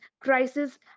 crisis